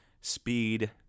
speed